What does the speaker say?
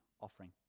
offering